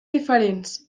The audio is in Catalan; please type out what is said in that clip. diferents